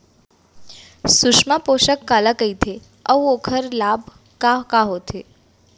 सुषमा पोसक काला कइथे अऊ ओखर लाभ का का होथे?